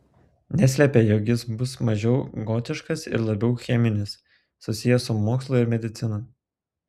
neslėpė jog jis bus mažiau gotiškas ir labiau cheminis susijęs su mokslu ir medicina